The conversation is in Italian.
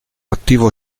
attivo